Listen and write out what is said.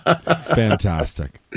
Fantastic